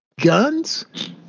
guns